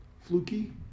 fluky